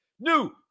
New